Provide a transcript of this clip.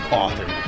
author